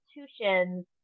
institutions